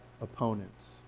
opponents